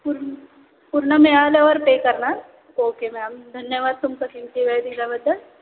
पूर् पूर्ण मिळाल्यावर पे करणार ओके मॅम धन्यवाद तुमचा किंमती वेळ दिल्याबद्दल